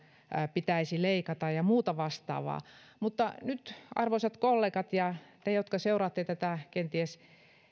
pitäisi leikata sosiaaliturvaa ja muuta vastaavaa mutta nyt arvoisat kollegat ja te jotka seuraatte tätä kenties